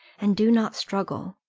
and do not struggle.